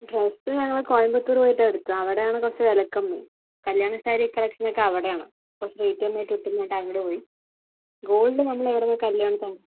dress ഞങ്ങൾ കോയമ്പത്തൂർ പോയിട്ടാണ് എടുത്തത് അവിടെയാണ് കുറച്ച് വില കമ്മി കല്യാണ സാരി കളക്ഷനൊക്കെ അവിടെയാണ് കുറച്ച് വെയ്റ്റ് ചെയ്തു നിന്നിട്ട് അങ്ങോട്ടു പോയി ഗോൾഡ് നമ്മളെ ഇവിടുന്ന് കല്യാൺസാണ്